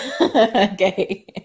Okay